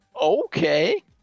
Okay